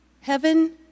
Heaven